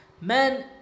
Man